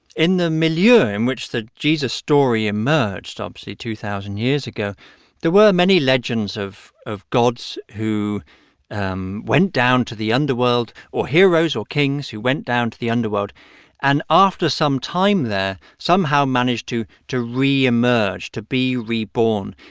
in the milieu ah in which the jesus story emerged obviously two thousand years ago there were many legends of of gods who um went down to the underworld or heroes or kings who went down to the underworld and after some time there, somehow managed to to reemerge, to be reborn.